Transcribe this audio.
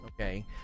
Okay